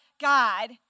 God